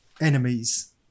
enemies